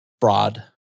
fraud